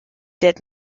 did